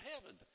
heaven